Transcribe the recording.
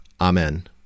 Amen